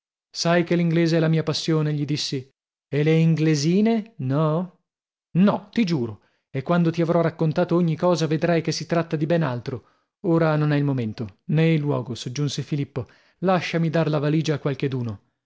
sai che l'inglese è la mia passione gli dissi e le inglesine no no ti giuro e quando ti avrò raccontato ogni cosa vedrai che si tratta di ben altro ora non è il momento nè il luogo soggiunse filippo lasciami dar la valigia a qualcheduno